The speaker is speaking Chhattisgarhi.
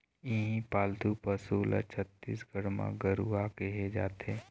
इहीं पालतू पशु ल छत्तीसगढ़ म गरूवा केहे जाथे